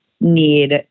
need